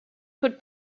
could